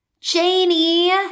Janie